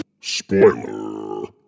Spoiler